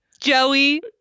Joey